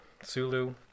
Sulu